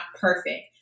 perfect